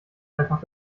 einfach